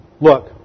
look